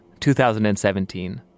2017